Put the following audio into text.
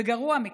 וגרוע מכך,